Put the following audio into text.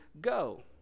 Go